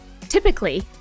Typically